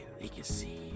legacy